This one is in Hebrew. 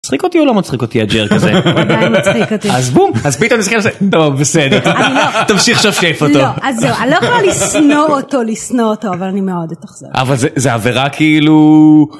מצחיק אותי או לא מצחיק אותי הג'רי כזה? אני מצחיק אותי. אז בום, אז פתאום נזכר זה, טוב בסדר. אני לא יכולה. תמשיך שופף אותו. לא, אז זהו, אני לא יכולה לשנוא אותו, לשנוא אותו, אבל אני מאוד אתאכזב. אבל זה עבירה כאילו...